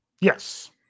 Yes